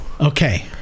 Okay